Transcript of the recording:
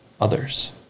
others